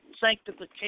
sanctification